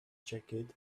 jacket